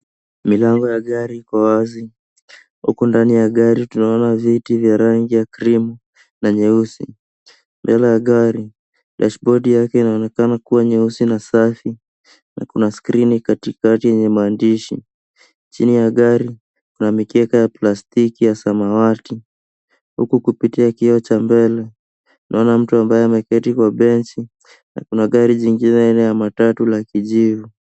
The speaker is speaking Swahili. Milango ya gari iko wazi. Huku ndani ya gari tunaona viti vya rangi ya krimu na nyeusi. Mbele ya gari, dashboardi yake inaonekana kuwa nyeusi na safi na kuna skrini katikati yenye maandishi. Chini ya gari, kuna mikeka ya plastiki ya samawati. Huku kupitia kioo cha mbele, tunaona mtu ambaye ameketi kwa benchi na kuna gari jingine lenye mata tatu la kijivu.